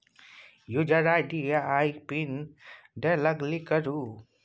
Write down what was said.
user ID आ आइ PIN दए लागिन करु